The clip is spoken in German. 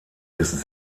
bis